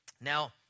Now